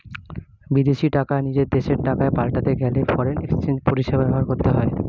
বিদেশী টাকা নিজের দেশের টাকায় পাল্টাতে গেলে ফরেন এক্সচেঞ্জ পরিষেবা ব্যবহার করতে হয়